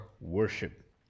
worship